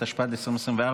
התשפ"ד 2024,